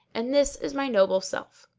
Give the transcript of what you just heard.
and this is my noble self!